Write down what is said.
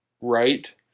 right